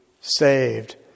saved